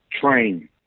train